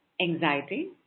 anxiety